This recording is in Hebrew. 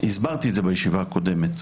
הסברתי את זה בישיבה הקודמת.